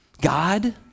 God